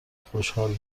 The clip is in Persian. خشحال